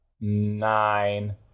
nine